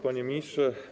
Panie Ministrze!